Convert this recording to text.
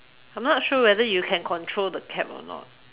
I'm not sure whether you can control the cap or not